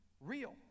real